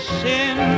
sin